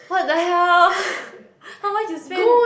what the hell how much you spend